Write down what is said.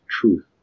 truth